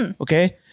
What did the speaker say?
Okay